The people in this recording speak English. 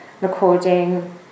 recording